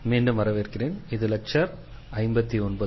மீண்டும் வரவேற்கிறேன் இது லெக்சர் 59க்கு